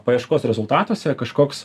paieškos rezultatuose kažkoks